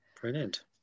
Brilliant